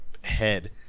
head